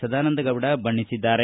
ಸದಾನಂದಗೌಡ ಬಣ್ಣಿಸಿದ್ದಾರೆ